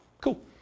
Cool